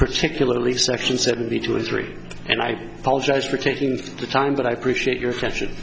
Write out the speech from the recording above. particularly section seventy two or three and i apologize for taking the time but i appreciate your question